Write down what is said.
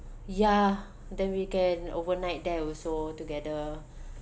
ya then we can overnight there also together